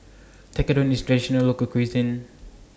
Tekkadon IS Traditional Local Cuisine